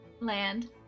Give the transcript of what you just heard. land